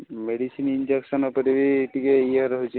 medicine injection ଉପରେ ବି ଟିକେ ଇଏ ରହୁଛି